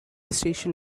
station